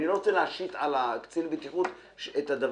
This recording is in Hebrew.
אני לא רוצה להשית עליו את זה.